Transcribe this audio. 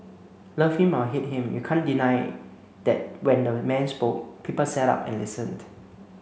love him or hate him you can't deny that when the man spoke people sat up and listened